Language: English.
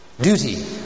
duty